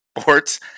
Sports